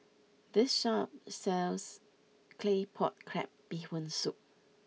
this shop sells Claypot Crab Bee Hoon Soup